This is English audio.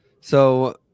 So-